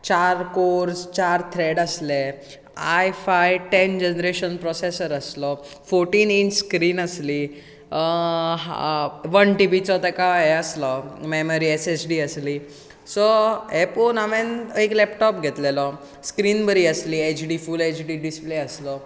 चार कोर्ज चार थ्रॅड आसले I five ten generation processor आसलो फोटीन इंच स्क्रीन आसली हा वन टिबीचो तेका हे आसलो मॅमरी एस एसडी आसली सो हें पोवन हांवेन एक लॅपटॉप घेतलेलो स्क्रीन बरी आसली एचडी फूल एचडी डिस्प्ले आसलो